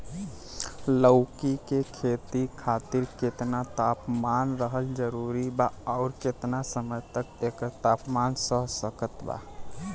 लौकी के खेती खातिर केतना तापमान रहल जरूरी बा आउर केतना तक एकर तापमान सह सकत बा?